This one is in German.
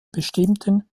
bestimmten